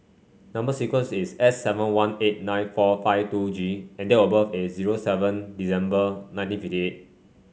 number sequence is S seven one eight nine four five two G and date of birth is zero seven December nineteen fifty eight